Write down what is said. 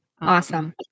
Awesome